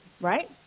right